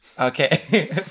Okay